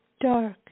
dark